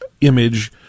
image